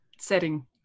setting